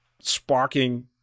sparking